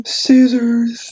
Scissors